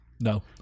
No